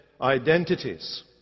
identities